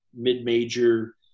mid-major